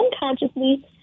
unconsciously